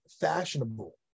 fashionable